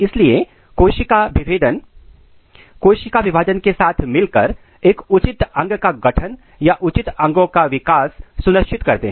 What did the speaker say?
इसलिए कोशिका विभेदन कोशिका विभाजन के साथ मिलकर एक उचित अंग का गठन या उचित अंगों का विकास सुनिश्चित करते है